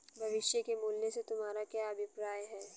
भविष्य के मूल्य से तुम्हारा क्या अभिप्राय है?